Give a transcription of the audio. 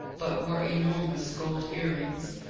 but wore enormous gold earrings,